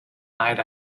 night